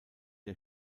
der